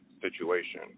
situation